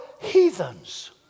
heathens